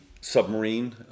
submarine